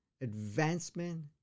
advancement